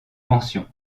mention